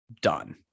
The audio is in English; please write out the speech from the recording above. done